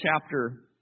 chapter